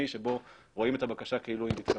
שבו רואים את הבקשה כאילו היא מתקבלת.